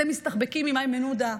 אתם מסתחבקים עם איימן עודה,